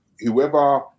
whoever